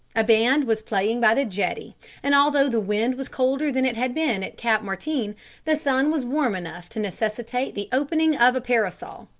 a band was playing by the jetty and although the wind was colder than it had been at cap martin the sun was warm enough to necessitate the opening of a parasol.